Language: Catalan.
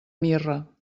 mirra